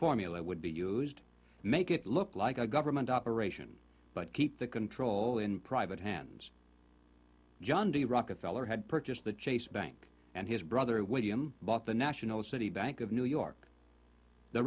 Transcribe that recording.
formula would be used make it look like a government operation but keep the control in private hands john d rockefeller had purchased the chase bank and his brother william bought the national city bank of new york the